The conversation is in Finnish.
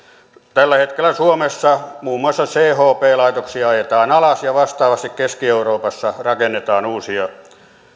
tällä hetkellä suomessa muun muassa chp laitoksia ajetaan alas ja vastaavasti keski euroopassa rakennetaan uusia